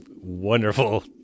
wonderful